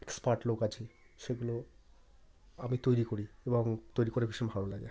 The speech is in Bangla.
এক্সপার্ট লোক আছি সেগুলো আমি তৈরি করি এবং তৈরি করে ভীষণ ভালো লাগে